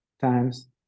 times